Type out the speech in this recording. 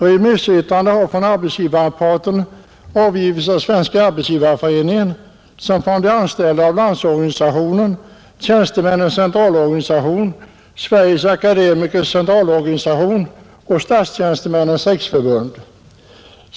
Remissyttrande har från arbetsgivarparten avgivits av Svenska arbetsgivareföreningen samt från de anställda av Landsorganisationen, Tjänstemännens centralorganisation, Sveriges akademikers centralorganisation och Statstjänstemännens riksförbund.